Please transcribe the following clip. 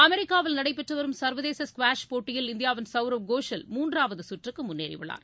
அமெரிக்காவில் நடைபெற்று வரும் சர்வதேச ஸ்குவாஷ் போட்டியில் இந்தியாவின் சவ்ரவ் கோஷல் மூன்றாவது சுற்றுக்கு முன்னேறியுள்ளார்